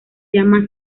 llama